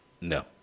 no